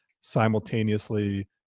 simultaneously